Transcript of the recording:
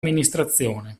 amministrazione